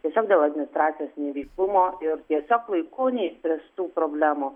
tiesiog dėl administracijos neveiklumo ir tiesiog laiku neišspręstų problemų